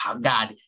God